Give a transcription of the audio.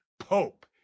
pope